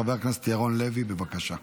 חבר הכנסת ירון לוי, בבקשה.